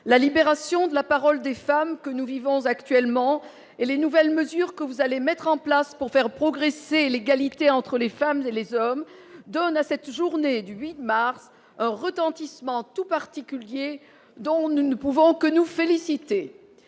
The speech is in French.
la libération de la parole des femmes que nous vivons actuellement et les nouvelles mesures que vous allez mettre en place pour faire progresser l'égalité entre les femmes et les hommes donnent à cette journée du 8 mars un retentissement tout particulier dont nous ne pouvons que nous féliciter.